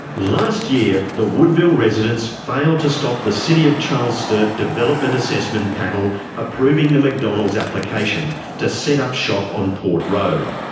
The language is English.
last year, the woodville residents failed to stop the city of charles sturt development assessment panel approving the mcdonald's application to set up shop on port road.